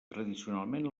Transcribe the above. tradicionalment